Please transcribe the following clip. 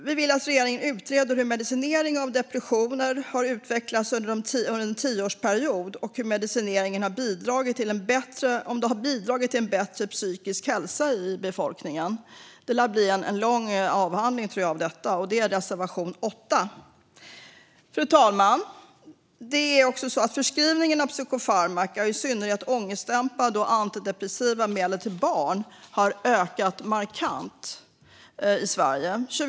Vi vill att regeringen utreder hur medicinering av depression har utvecklats under en tioårsperiod och om medicinering har bidragit till bättre psykisk hälsa i befolkningen. Det blir en lång avhandling, tror jag. Det är vår reservation 8. Fru talman! Det är också så att förskrivningen av psykofarmaka, i synnerhet ångestdämpande och antidepressiva medel, till barn har ökat markant i Sverige.